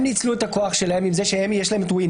הם ניצלו את הכוח שלהם עם זה שיש להם windows